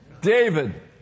David